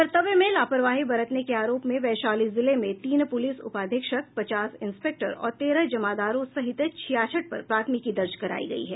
कर्त्तव्य में लापरवाही बरतने के आरोप में वैशाली जिले में तीन पुलिस उपाधीक्षक पचास इंस्पेक्टर और तेरह जमादारों सहित छियासठ पर प्राथमिकी दर्ज करायी गयी है